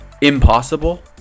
Impossible